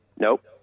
nope